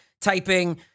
typing